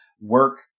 work